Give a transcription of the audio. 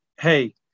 Hey